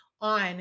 on